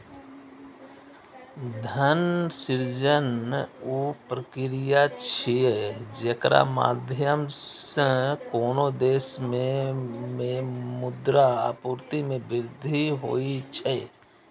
धन सृजन ऊ प्रक्रिया छियै, जेकरा माध्यम सं कोनो देश मे मुद्रा आपूर्ति मे वृद्धि होइ छै